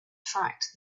fact